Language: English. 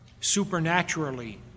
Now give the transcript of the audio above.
supernaturally